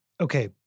Okay